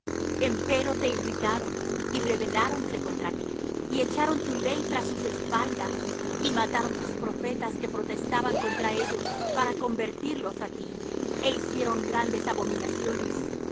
empero te irritaron y rebeláronse contra ti y echaron tu ley tras sus espaldas y mataron tus profetas que protestaban contra ellos para convertirlos á ti é hicieron grandes abominaciones